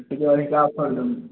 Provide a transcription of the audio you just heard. କିଛି ଅଧିକା ଅଫର